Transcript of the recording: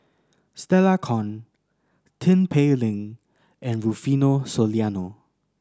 Stella Kon Tin Pei Ling and Rufino Soliano